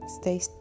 stay